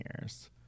years